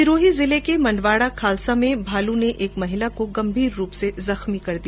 सिरोही जिले के मंडवाड़ा खालसा में भालू ने एक महिला को गंभीर रूप से जख्मी कर दिया